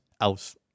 else